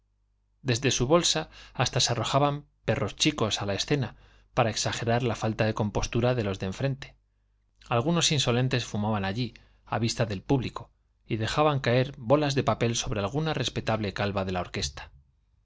desde su bolsa hasta se arrojaban perros chicos a la escena para exagerar la falta de compostura de los de enfrente algunos insolentes fumaban allí a vista del público y dejaban caer bolas de papel sobre alguna respetable calva de la orquesta